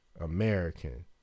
American